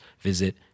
visit